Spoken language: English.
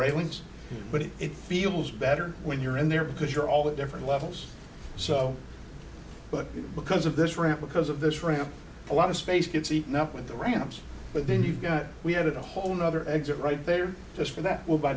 railings but it feels better when you're in there because you're all the different levels so but because of this ramp because of this ramp a lot of space gets eaten up with the ramps but then you've got we had a whole nother exit right there just for that well by